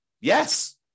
Yes